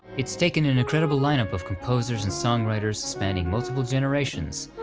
it's taken an incredible lineup of composers and songwriters, spanning multiple generations,